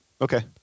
Okay